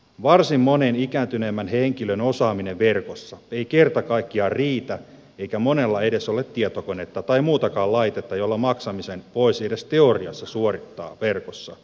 varsin monen ikääntyneemmän henkilön osaaminen verkossa ei kerta kaikkiaan riitä eikä monella edes ole tietokonetta tai muutakaan laitetta jolla maksamisen voisi edes teoriassa suorittaa verkossa